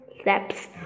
steps